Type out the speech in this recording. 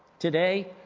today,